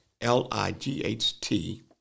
L-I-G-H-T